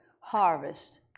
harvest